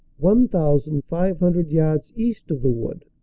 one thousand five hundred yards east of the wood.